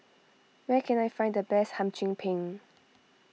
where can I find the best Hum Chim Peng